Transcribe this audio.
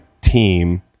team